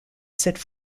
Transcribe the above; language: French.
cette